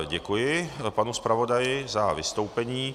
Děkuji panu zpravodaji za vystoupení.